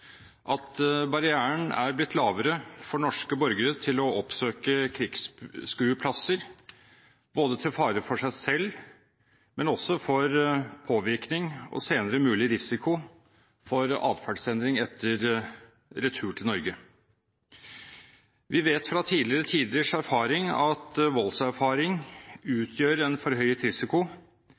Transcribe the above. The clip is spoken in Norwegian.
at barrieren er blitt lavere for norske borgere til å oppsøke krigsskueplasser, både med fare for seg selv og for påvirkning og senere mulig risiko for atferdsendring etter retur til Norge. Vi vet fra tidligere tiders erfaring at voldserfaring utgjør en forhøyet risiko,